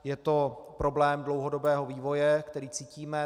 Je to problém dlouhodobého vývoje, který cítíme.